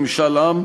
הערכים,